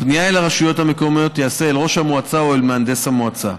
הפנייה אל הרשויות המקומיות תיעשה אל ראש המועצה או אל מהנדס המועצה.